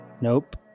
Nope